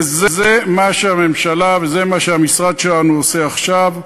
וזה מה שהממשלה וזה מה שהמשרד שלנו עושה עכשיו.